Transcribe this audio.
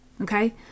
Okay